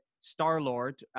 Star-Lord